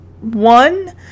one